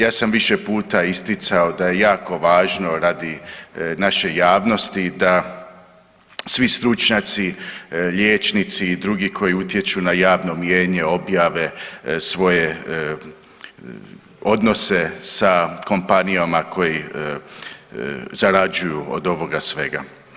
Ja sam više puta isticao da je jako važno radi naše javnosti da svi stručnjaci, liječnici i drugi koji utječu na javno mnijenje objave svoje odnose sa kompanijama koje zarađuju od ovoga svega.